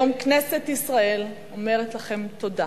היום כנסת ישראל אומרת לכם תודה.